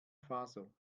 faso